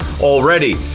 already